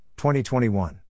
2021